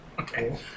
Okay